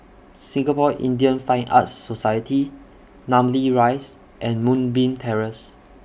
Singapore Indian Fine Arts Society Namly Rise and Moonbeam Terrace